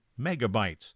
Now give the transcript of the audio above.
megabytes